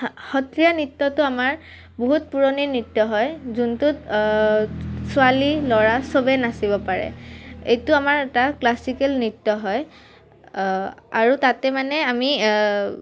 সত্ৰীয়া নৃত্যটো আমাৰ বহুত পুৰণি নৃত্য হয় যোনটোত ছোৱালী ল'ৰা চবেই নাচিব পাৰে এইটো আমাৰ এটা ক্লাছিকেল নৃত্য হয় আৰু তাতে মানে আমি